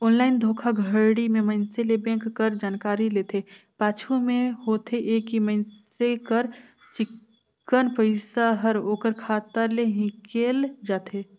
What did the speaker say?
online धोखाघड़ी में मइनसे ले बेंक कर जानकारी लेथे, पाछू में होथे ए कि मइनसे कर चिक्कन पइसा हर ओकर खाता ले हिंकेल जाथे